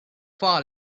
far